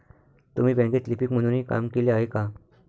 तुम्ही बँकेत लिपिक म्हणूनही काम केले आहे का?